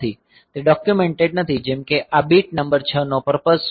તે ડોક્યુમેંટેડ નથી જેમ કે આ બીટ નંબર 6 નો પર્પઝ શું છે